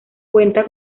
cuenta